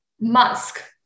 Musk